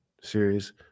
series